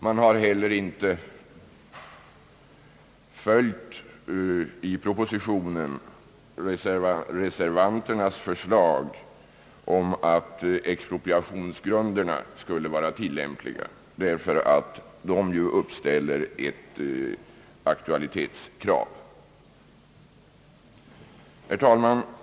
Man har heller inte i propositionen följt reservanternas förslag om att expropriationsgrunderna skulle vara tillämpliga, eftersom de ju uppställer ett aktualitetskrav. Herr talman!